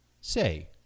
Say